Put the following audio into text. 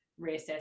reassess